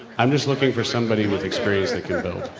i'm just looking for somebody with experience like yeah